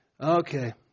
okay